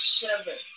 seven